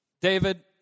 David